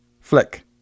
flick